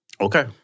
Okay